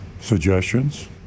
suggestions